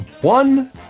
one